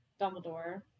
dumbledore